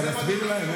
אתה מסביר להם?